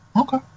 Okay